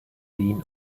lean